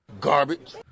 Garbage